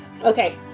okay